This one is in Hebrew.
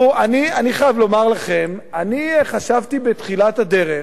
אני חייב לומר לכם: חשבתי בתחילת הדרך,